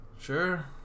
sure